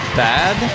bad